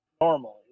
normally